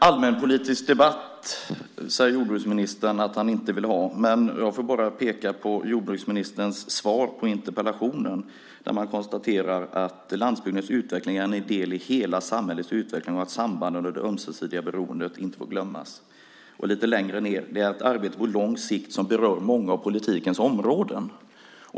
Fru talman! Jordbruksministern säger att han inte vill ha en allmänpolitisk debatt. Jag får då peka på jordbruksministerns svar på interpellationen där det konstateras att "landsbygdens utveckling är en del i hela samhällets utveckling och att sambanden och det ömsesidiga beroendet - inte får glömmas". Lite längre ned i svaret står det: "Det är ett arbete på lång sikt som berör många av politikens områden."